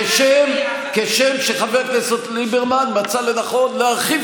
כשם שחבר הכנסת ליברמן מצא לנכון להרחיב